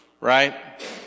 right